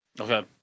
Okay